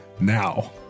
now